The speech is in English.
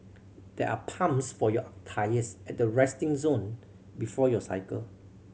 there are pumps for your tyres at the resting zone before you cycle